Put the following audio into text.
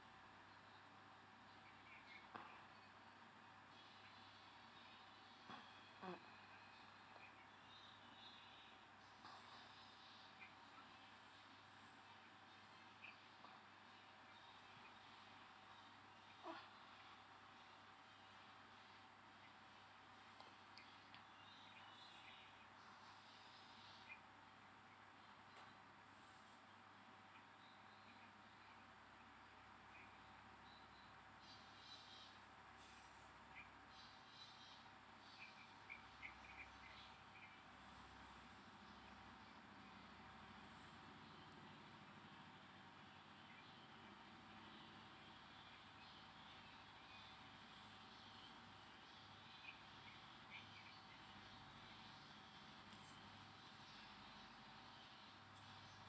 mm